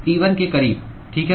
T1 के करीब ठीक है